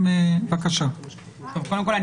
קודם כול,